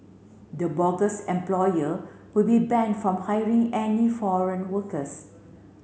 the bogus employer will be banned from hiring any foreign workers